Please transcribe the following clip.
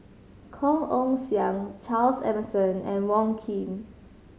Kong Ong Siang Charles Emmerson and Wong Keen